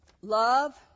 Love